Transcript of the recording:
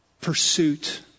pursuit